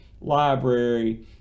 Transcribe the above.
library